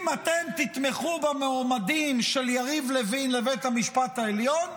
אם אתם תתמכו במועמדים של יריב לוין לבית המשפט העליון,